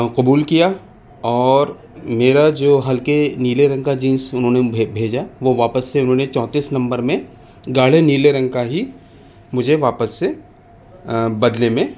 قبول کیا اور میرا جو ہلکے نیلے رنگ کا جینس انہوں نے بھیجا وہ واپس سے انہوں نے چونتیس نمبر میں گاڑھے نیلے رنگ کا ہی مجھے واپس سے بدلے میں